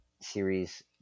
series